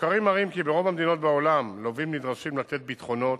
מחקרים מראים כי ברוב המדינות בעולם לווים נדרשים לתת ביטחונות.